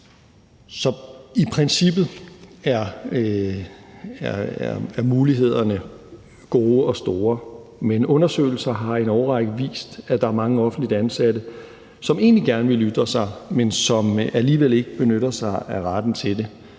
i princippet er mulighederne gode og store, men undersøgelser har i en årrække vist, at der er mange offentligt ansatte, som egentlig gerne ville ytre sig, men som alligevel ikke benytter sig af retten til det.